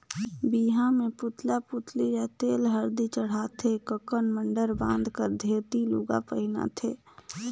बिहा मे पुतला पुतली ल तेल हरदी चढ़ाथे ककन मडंर बांध कर धोती लूगा पहिनाथें